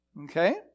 Okay